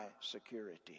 security